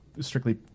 strictly